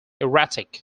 erratic